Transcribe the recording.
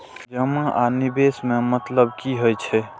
जमा आ निवेश में मतलब कि होई छै?